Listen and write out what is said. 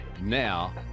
Now